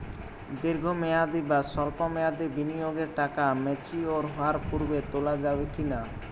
দীর্ঘ মেয়াদি বা সল্প মেয়াদি বিনিয়োগের টাকা ম্যাচিওর হওয়ার পূর্বে তোলা যাবে কি না?